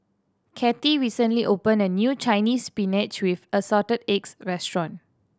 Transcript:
Kathey recently opened a new Chinese Spinach with Assorted Eggs restaurant